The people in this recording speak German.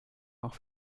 auch